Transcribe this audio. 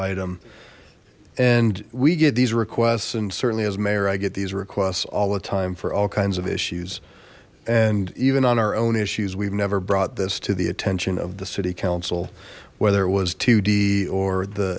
item and we get these requests and certainly as mayor i get these requests all the time for all kinds of issues and even on our own issues we've never brought this to the attention of the city council whether it was d or the